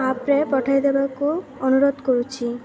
ଆପ୍ରେ ପଠାଇ ଦେବାକୁ ଅନୁରୋଧ କରୁଛି